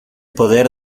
poder